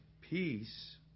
peace